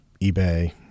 eBay